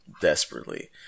desperately